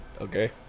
Okay